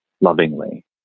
lovingly